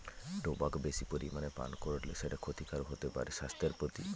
tobacco বেশি পরিমানে পান করলে সেটা ক্ষতিকারক হতে পারে স্বাস্থ্যের প্রতি